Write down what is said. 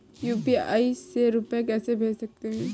UPI से रुपया कैसे भेज सकते हैं?